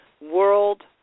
World